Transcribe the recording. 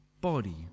body